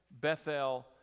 Bethel